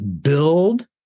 build